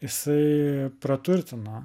jisai praturtina